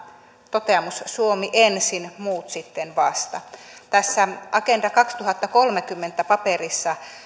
toteamus suomi ensin muut sitten vasta tässä agenda kaksituhattakolmekymmentä paperissa